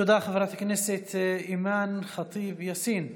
תודה לחברת הכנסת אימאן ח'טיב יאסין.